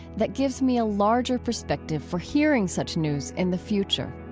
that gives me a larger perspective for hearing such news in the future